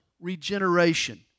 regeneration